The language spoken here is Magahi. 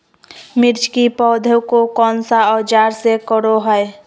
मिर्च की पौधे को कौन सा औजार से कोरे?